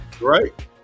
Right